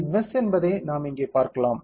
இது மெஷ் என்பதை நாம் இங்கே பார்க்கலாம்